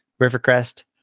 Rivercrest